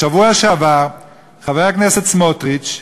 בשבוע שעבר חבר הכנסת סמוטריץ,